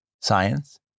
science